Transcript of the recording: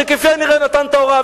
שכפי הנראה נתן את ההוראה,